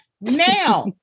Now